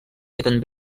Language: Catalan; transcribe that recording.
queden